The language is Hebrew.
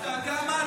אתה יודע מה?